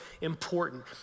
important